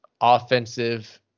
Offensive